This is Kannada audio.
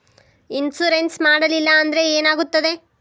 ಇನ್ಶೂರೆನ್ಸ್ ಮಾಡಲಿಲ್ಲ ಅಂದ್ರೆ ಏನಾಗುತ್ತದೆ?